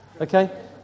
Okay